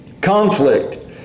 conflict